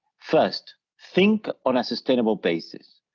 first, think on a sustainable basis,